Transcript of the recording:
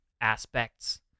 aspects